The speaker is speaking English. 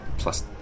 Plus